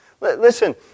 Listen